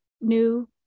new